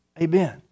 Amen